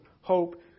hope